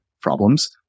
problems